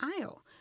aisle